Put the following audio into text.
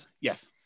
Yes